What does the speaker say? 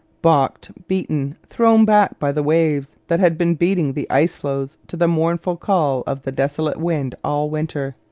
balked, beaten, thrown back by the waves that had been beating the icefloes to the mournful call of the desolate wind all winter.